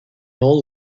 all